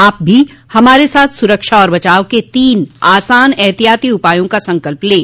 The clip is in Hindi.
आप भी हमारे साथ सुरक्षा और बचाव के तीन आसान एहतियाती उपायों का संकल्प लें